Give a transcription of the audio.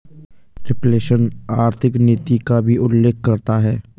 reflation आर्थिक नीति का भी उल्लेख करता है